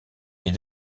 est